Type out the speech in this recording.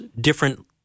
different